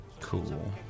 Cool